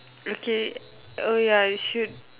okay oh ya you should